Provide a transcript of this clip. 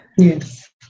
Yes